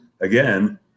again